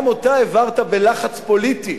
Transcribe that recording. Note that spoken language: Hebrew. גם אותה העברת בלחץ פוליטי.